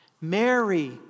Mary